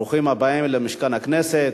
ברוכים הבאים למשכן הכנסת.